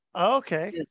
Okay